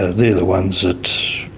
ah the the ones that,